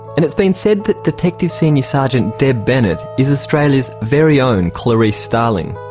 and it's been said that detective senior sergeant deb bennett is australia's very own clarice starling.